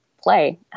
play